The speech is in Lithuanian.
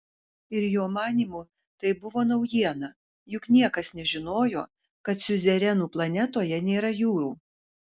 ir jo manymu tai buvo naujiena juk niekas nežinojo kad siuzerenų planetoje nėra jūrų